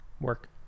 work